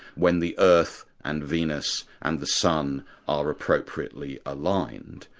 when the earth and venus and the sun are appropriately aligned,